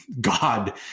God